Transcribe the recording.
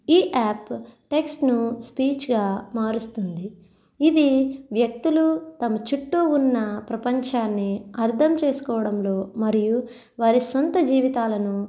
ఈ యాప్ టెక్స్ట్ను స్పీచ్గా మారుస్తుంది ఇది వ్యక్తులు తమ చుట్టూ ఉన్న ప్రపంచాన్ని అర్థం చేసుకోవడంలో మరియు వారి సొంత జీవితాలను